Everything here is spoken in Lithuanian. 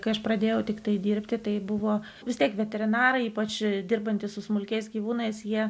kai aš pradėjau tiktai dirbti tai buvo vis tiek veterinarai ypač dirbantys su smulkiais gyvūnais jie